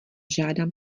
žádám